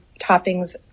toppings